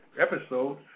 episode